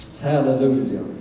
Hallelujah